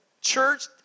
church